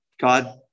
God